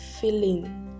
feeling